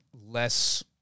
less